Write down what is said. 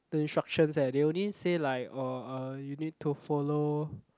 the instructions eh they only say like orh uh you need to follow